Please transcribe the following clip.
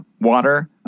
water